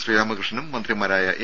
ശ്രീരാമകൃഷ്ണനും മന്ത്രിമാരായ എ